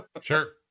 Sure